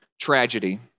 Tragedy